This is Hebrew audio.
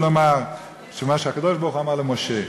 ולומר את מה שהקדוש-ברוך-הוא אמר למשה: